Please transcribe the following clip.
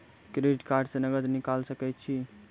Credit card से नगद निकाल सके छी?